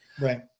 Right